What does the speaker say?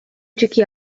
txiki